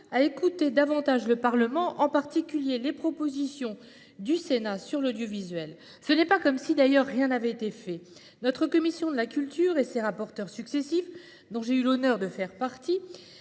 à écouter davantage le Parlement, en particulier les propositions du Sénat sur l'audiovisuel. Ce n'est pas comme si rien n'avait été fait ! Notre commission de la culture et ses rapporteurs successifs, dont j'ai eu l'honneur de faire partie,